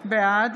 בעד